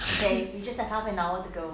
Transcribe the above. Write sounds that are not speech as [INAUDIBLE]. [LAUGHS]